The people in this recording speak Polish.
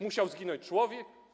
Musiał zginąć człowiek?